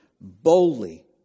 boldly